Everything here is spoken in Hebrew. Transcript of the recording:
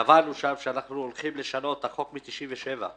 קבענו שם שאנחנו הולכים לשנות את החוק מ-97',